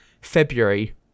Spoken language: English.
February